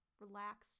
relaxed